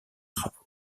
travaux